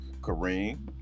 Kareem